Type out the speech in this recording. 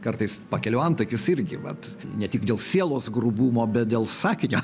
kartais pakeliu antakius irgi vat ne tik dėl sielos grubumo bet dėl sakinio